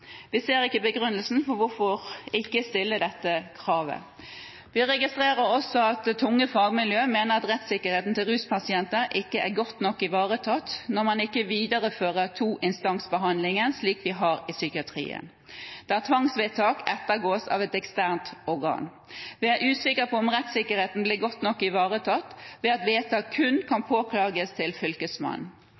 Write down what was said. Vi ser ikke begrunnelsen for hvorfor vi ikke skal stille dette kravet. Vi registrerer også at tunge fagmiljø mener at rettsikkerheten til ruspasienter ikke er godt nok ivaretatt når man ikke viderefører toinstansbehandlingen, slik vi har i psykiatrien, der tvangsvedtak ettergås av et eksternt organ. Vi er usikre på om rettsikkerheten blir godt nok ivaretatt ved at vedtak kun kan påklages til Fylkesmannen.